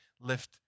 lift